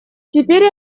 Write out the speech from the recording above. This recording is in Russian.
теперь